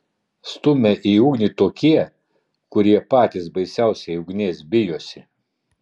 stumia į ugnį tokie kurie patys baisiausiai ugnies bijosi